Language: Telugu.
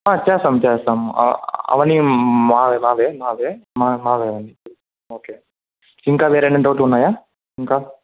చేస్తాం చేస్తాం అవి అవన్నీ మావే మావే మావే మావే మావే అవి ఓకే ఇంకా వేరే ఎమన్నా డౌట్ ఉన్నాయా ఇంకా